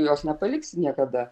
jos nepaliksi niekada